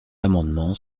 amendement